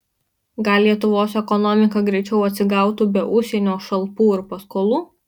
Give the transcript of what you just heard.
gal lietuvos ekonomika greičiau atsigautų be užsienio šalpų ir paskolų